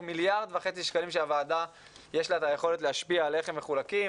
מיליארד וחצי שקלים שהוועדה יש לה את היכולת להשפיע על איך הם מחולקים